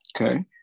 Okay